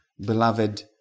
beloved